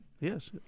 Yes